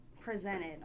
presented